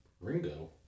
Ringo